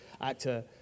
actor